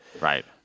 Right